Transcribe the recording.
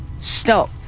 stop